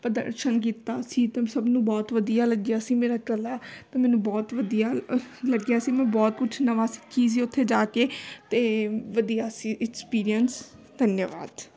ਪ੍ਰਦਰਸ਼ਨ ਕੀਤਾ ਸੀ ਤਾਂ ਸਭ ਨੂੰ ਬਹੁਤ ਵਧੀਆ ਲੱਗਿਆ ਸੀ ਮੇਰਾ ਕਲਾ ਅਤੇ ਮੈਨੂੰ ਬਹੁਤ ਵਧੀਆ ਲੱਗਿਆ ਸੀ ਮੈਂ ਬਹੁਤ ਕੁਛ ਨਵਾਂ ਸਿੱਖੀ ਸੀ ਉੱਥੇ ਜਾ ਕੇ ਤਾਂ ਵਧੀਆ ਸੀ ਐਕਸਪੀਰੀਅੰਸ ਧੰਨਵਾਦ